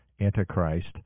Antichrist